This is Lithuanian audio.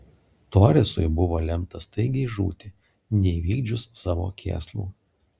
toresui buvo lemta staigiai žūti neįvykdžius savo kėslų